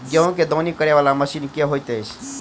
गेंहूँ केँ दौनी करै वला मशीन केँ होइत अछि?